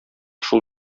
шул